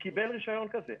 הוא קיבל רישיון כזה.